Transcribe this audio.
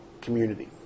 community